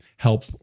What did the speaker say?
help